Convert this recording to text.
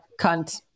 cunt